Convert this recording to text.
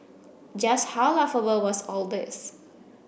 just how laughable was all this